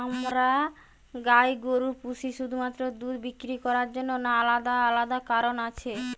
আমরা গাই গরু পুষি শুধুমাত্র দুধ বিক্রি করার জন্য না আলাদা কোনো কারণ আছে?